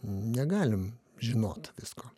negalim žinot visko